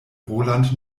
roland